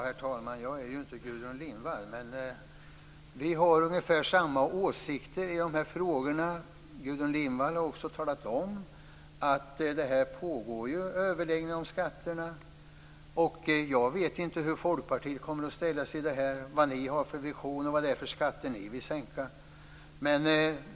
Herr talman! Jag är inte Gudrun Lindvall, men vi har ungefär samma åsikter i de här frågorna. Gudrun Lindvall har också talat om att det pågår överläggningar om skatterna. Jag vet inte hur Folkpartiet kommer att ställa sig, vad det är ni har för visioner och vad det är för skatter ni vill sänka.